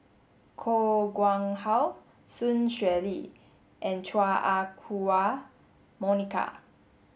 Koh Nguang How Sun Xueling and Chua Ah Huwa Monica